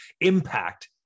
impact